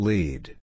Lead